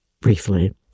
briefly